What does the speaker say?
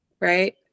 right